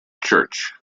church